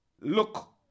look